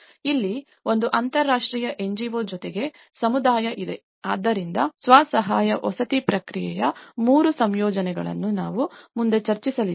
ಇಲ್ಲಿ ಒಂದು ಅಂತರಾಷ್ಟ್ರೀಯ NGO ಜೊತೆಗೆ ಸಮುದಾಯ ಇದೆ ಆದ್ದರಿಂದ ಸ್ವ ಸಹಾಯ ವಸತಿ ಪ್ರಕ್ರಿಯೆಯ ಮೂರು ಸಂಯೋಜನೆಗಳನ್ನು ನಾವು ಮುಂದೆ ಚರ್ಚಿಸಲಿದ್ದೇವೆ